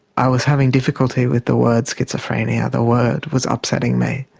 i was having difficulty with the word schizophrenia, the word was upsetting me.